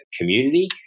community